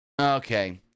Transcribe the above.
Okay